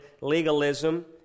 legalism